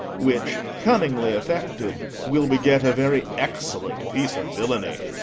which, cunningly effected, will beget a very excellent piece of villainy.